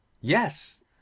yes